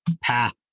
path